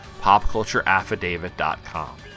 popcultureaffidavit.com